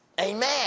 Amen